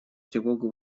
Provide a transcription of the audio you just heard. тревогу